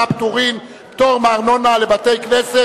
(פטורין) (פטור מארנונה לבתי-כנסת),